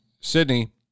Sydney